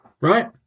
Right